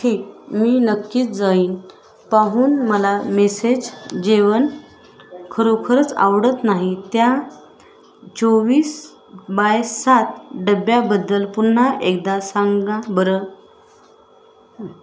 ठीक मी नक्कीच जाऊन पाहीन मला मेसेज जेवण खरोखरच आवडत नाही त्या चोवीस बाय सात ढाब्याबद्दल पुन्हा एकदा सांगा बरं